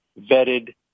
vetted